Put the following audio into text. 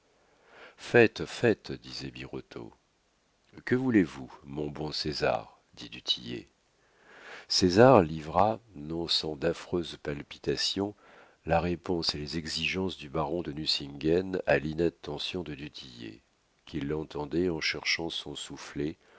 faites faites dit birotteau que voulez-vous mon bon césar dit du tillet césar livra non sans d'affreuses palpitations la réponse et les exigences du baron de nucingen à l'inattention de du tillet qui l'entendait en cherchant son soufflet